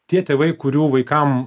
tie tėvai kurių vaikam